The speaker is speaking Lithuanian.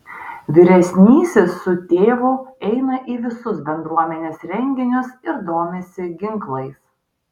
vyresnysis su tėvu eina į visus bendruomenės renginius ir domisi ginklais